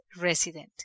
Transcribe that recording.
resident